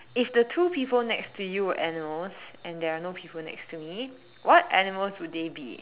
if the two people next to you were animals and there are no people next to me what animals would they be